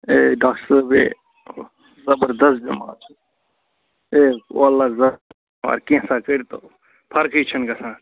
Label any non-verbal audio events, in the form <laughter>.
A doctor صٲب اے زَبردَست بٮ۪مار چھِ اے والا <unintelligible> کینٛژاہ کٔرۍتو فرکھٕے چھَنہٕ گژھان